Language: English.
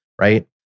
right